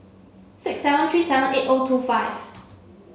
six seven three seven eight O two five